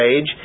age